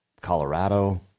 Colorado